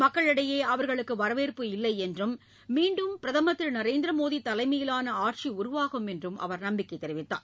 மக்களிடையே அவா்களுக்கு வரவேற்பு இல்லை என்றும் மீண்டும் பிரதமர் திரு நரேந்திர மோடி தலைமையிலான ஆட்சி உருவாகும் என்றும் நம்பிக்கை தெரிவித்தார்